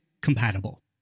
compatible